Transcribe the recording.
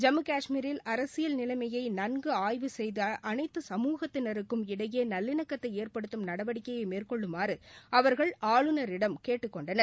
ஜம்மு காஷ்மீரில் அரசியல் நிலமையை நன்கு ஆய்வு செய்து அனைத்து சமூகத்தினருக்கும் இடையே நல்லினக்கத்தை ஏற்படுத்தும் நடவடிக்கையை மேற்கொள்ளுமாறு அவர்கள் ஆளுநரிடம் கேட்டுக்கொண்டனர்